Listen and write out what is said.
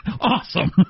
Awesome